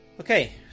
Okay